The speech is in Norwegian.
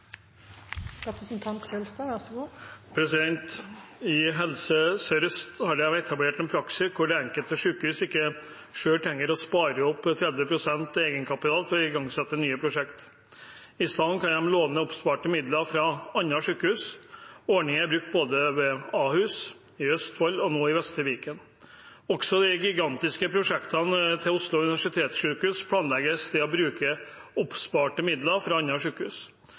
Helse Sør-Øst har de etablert en praksis hvor de enkelte sykehusene ikke selv trenger å spare opp 30 pst. egenkapital for å igangsette nye prosjekt. I stedet kan de låne oppsparte midler fra andre sykehus. Ordningen er brukt både ved Ahus, i Østfold og nå i Vestre Viken. Også i de gigantiske prosjektene til Oslo universitetssykehus planlegges det å bruke oppsparte midler fra